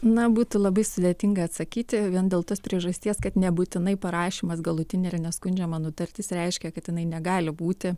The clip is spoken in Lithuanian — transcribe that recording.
na būtų labai sudėtinga atsakyti vien dėl tos priežasties kad nebūtinai parašymas galutinė ir neskundžiama nutartis reiškia kad jinai negali būti